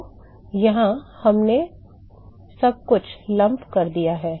तो यहाँ हमने सब कुछ संग्रह कर दिया है